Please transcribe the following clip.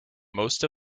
most